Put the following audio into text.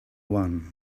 one